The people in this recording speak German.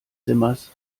zimmers